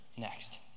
next